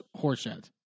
horseshit